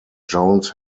jones